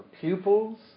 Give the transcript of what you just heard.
pupils